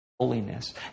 ...holiness